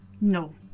No